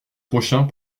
prochains